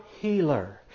healer